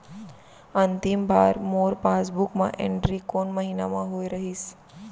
अंतिम बार मोर पासबुक मा एंट्री कोन महीना म होय रहिस?